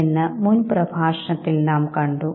cinema ഒറ്റയ്ക്കിരുന്ന് കാണണം